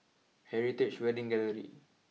Heritage Wedding Gallery